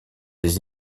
des